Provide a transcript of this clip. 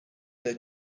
their